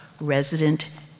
resident